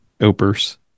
opers